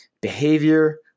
behavior